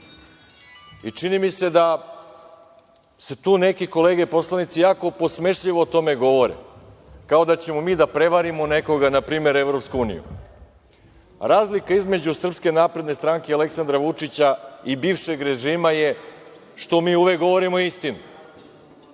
Čini mi se da tu neke kolege poslanici jako podsmešljivo o tome govore, kao da ćemo mi da prevarimo nekoga, na primer EU.Razlika između SNS i Aleksandra Vučića i bivšeg režima je što mi uvek govorimo istinu.